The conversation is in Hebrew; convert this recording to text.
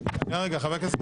רגע.